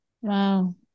wow